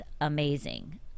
amazing